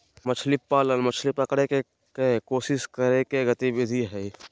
मछली पालन, मछली पकड़य के कोशिश करय के गतिविधि हइ